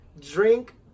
drink